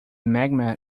magma